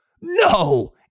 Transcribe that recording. no